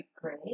Great